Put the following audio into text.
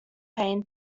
pain